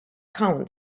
count